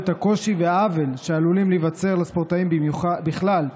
את הקושי והעוול שעלולים להיווצר לספורטאים בכלל,